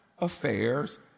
affairs